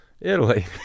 Italy